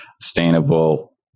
sustainable